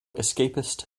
escapist